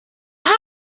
how